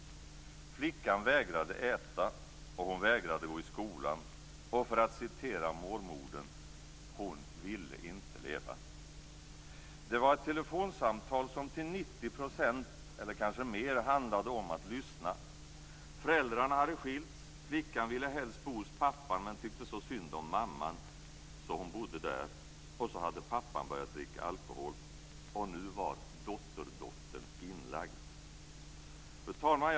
Flickan vägrade äta, hon vägrade gå i skolan och, för att använda mormoderns ord: Hon vill inte leva. Det var ett telefonsamtal som till 90 %, eller kanske mer, handlade om att lyssna. Föräldrarna hade skilts. Flickan ville helst bo hos pappan, men tyckte så synd om mamman att hon bodde hos henne. Pappan hade börjat dricka alkohol, och nu var dotterdottern inlagd. Fru talman!